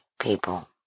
people